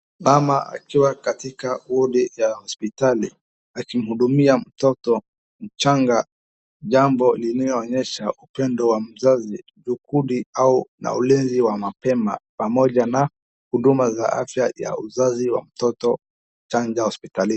Mama akiwa katika wodi ya hospitali akimhudumia mtoto mchanga jambo linaloonyesha upendo wa mzazi juhudi na ulinzi wa mapema pamoja na huduma za afya ya uzazi wa mtoto mchanga hospitalini.